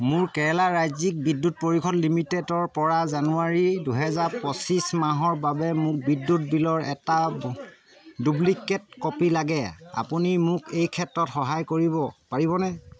মোক কেৰালা ৰাজ্যিক বিদ্যুৎ পৰিষদ লিমিটেডৰপৰা জানুৱাৰী দুহেজাৰ পঁচিছ মাহৰ বাবে মোৰ বিদ্যুৎ বিলৰ এটা ডুপ্লিকেট কপি লাগে আপুনি মোক এই ক্ষেত্ৰত সহায় কৰিব পাৰিবনে